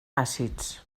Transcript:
àcids